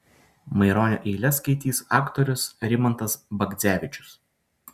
maironio eiles skaitys aktorius rimantas bagdzevičius